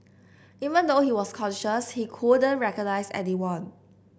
even though he was conscious he couldn't recognise anyone